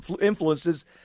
influences